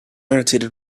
irritated